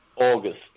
August